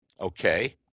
Okay